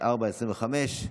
4/25,